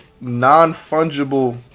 non-fungible